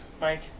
Mike